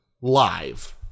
live